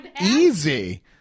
easy